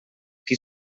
qui